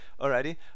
Alrighty